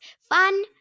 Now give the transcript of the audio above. Fun